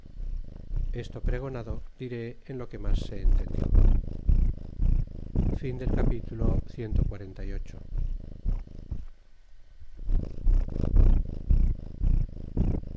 esto pregonado diré en lo que mas se entendió capitulo